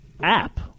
app